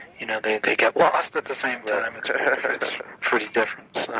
you know they they get lost at the same time, it's pretty different so.